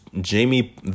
Jamie